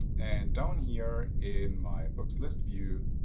and down here in my books list view,